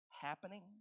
happening